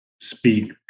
speak